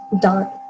done